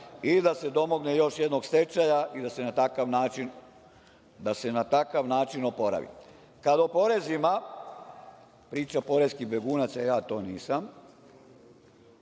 i da se domogne još jednog stečaja i da se na takav način oporavi. Kada o porezima priča poreski begunac, a ja to nisam,